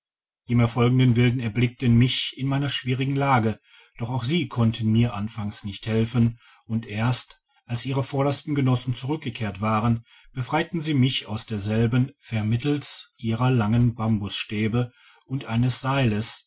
die mir folgenden wilden erblickten mich in meiner schwierigen lage doch auch sie konnten mir anfangs nicht helfen und erst als ihre vordersten genossen zurückgekehrt waren befreiten sie mich aus derselben vermittels ihrer langen bambustäbe und eines seiles